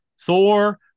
Thor